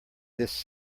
this